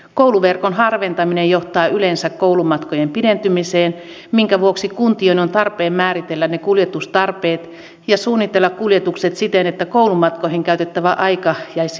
kouluverkon harventaminen johtaa yleensä koulumatkojen pidentymiseen minkä vuoksi kuntien on tarpeen määritellä ne kuljetustarpeet ja suunnitella kuljetukset siten että koulumatkoihin käytettävä aika jäisi mahdollisimman lyhyeksi